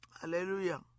Hallelujah